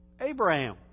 Abraham